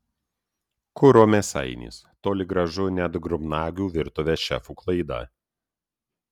kuro mėsainis toli gražu ne atgrubnagių virtuvės šefų klaida